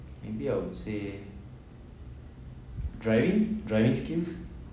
maybe I would say driving driving skills